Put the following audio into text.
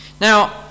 Now